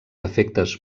efectes